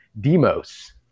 demos